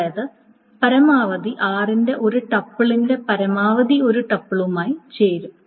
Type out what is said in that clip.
അതായത് പരമാവധി r ന്റെ ഒരു ടപ്പിൾ s ന്റെ പരമാവധി ഒരു ടപ്പിളുമായി ചേരും